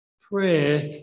Prayer